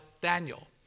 Daniel